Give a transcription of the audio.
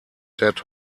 dead